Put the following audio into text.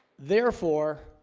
therefore